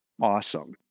awesome